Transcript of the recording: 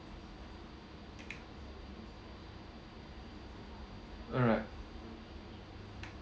alright